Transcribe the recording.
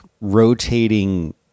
rotating